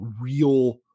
real